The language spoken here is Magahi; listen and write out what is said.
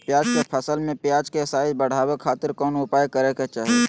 प्याज के फसल में प्याज के साइज बढ़ावे खातिर कौन उपाय करे के चाही?